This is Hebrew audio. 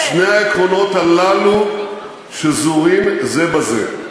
שני העקרונות הללו שזורים זה בזה,